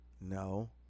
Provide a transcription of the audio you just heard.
No